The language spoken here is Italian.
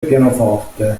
pianoforte